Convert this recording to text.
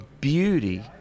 Beauty